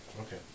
Okay